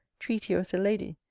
treat you as a lady,